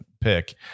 pick